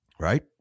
Right